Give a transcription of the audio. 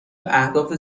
اهداف